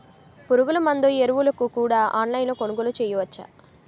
పురుగుమందులు ఎరువులను కూడా ఆన్లైన్ లొ కొనుగోలు చేయవచ్చా?